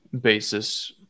basis